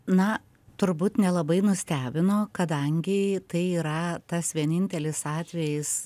na turbūt nelabai nustebino kadangi tai yra tas vienintelis atvejis